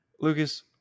Lucas